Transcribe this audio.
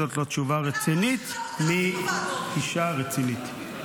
זו לא תשובה רצינית מאישה רצינית.